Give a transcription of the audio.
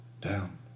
down